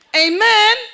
Amen